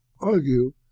argue